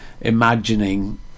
imagining